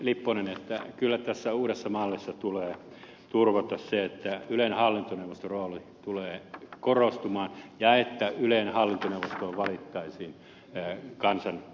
lipponen että kyllä tässä uudessa mallissa tulee turvata se että ylen hallintoneuvoston rooli tulee korostumaan ja että ylen hallintoneuvostoon valittaisiin kansanedustajia